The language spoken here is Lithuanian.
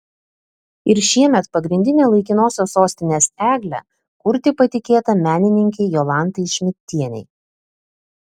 ir šiemet pagrindinę laikinosios sostinės eglę kurti patikėta menininkei jolantai šmidtienei